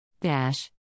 Dash